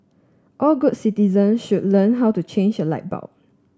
all good citizens should learn how to change a light bulb